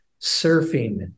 surfing